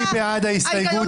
מי בעד ההסתייגות?